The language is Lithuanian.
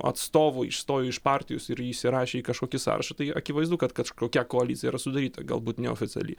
atstovų išstojo iš partijos ir įsirašė į kažkokį sąrašą tai akivaizdu kad kažkokia koalicija sudaryta galbūt neoficiali